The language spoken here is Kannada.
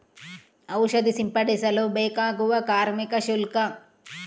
ಔಷಧಿ ಸಿಂಪಡಿಸಲು ಬೇಕಾಗುವ ಕಾರ್ಮಿಕ ಶುಲ್ಕ?